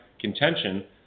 contention